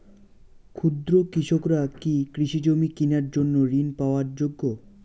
ক্ষুদ্র কৃষকরা কি কৃষিজমি কিনার জন্য ঋণ পাওয়ার যোগ্য?